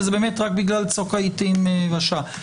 וזה באמת רק צוק העתים והשעה.